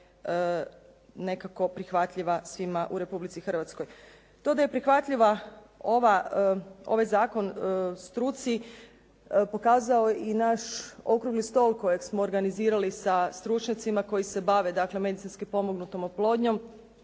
nekako prihvatljiva svima u Republici Hrvatskoj. To da je prihvatljiv ovaj zakon struci pokazao je i naš okrugli stol kojeg smo organizirali sa stručnjacima koji se bave dakle medicinski pomognutom oplodnjom.